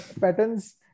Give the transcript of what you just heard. patterns